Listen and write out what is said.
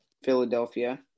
Philadelphia